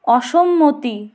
অসম্মতি